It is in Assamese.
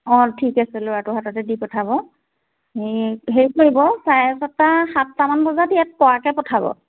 অঁ ঠিক আছে ল'ৰাটো হাততে দি পঠাব হে হেৰি কৰিব চাৰেছটা সাতটামান বজাত ইয়াত পোৱাকে পঠাব